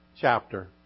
chapter